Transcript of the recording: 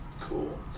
Cool